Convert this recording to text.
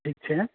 ઠીક છે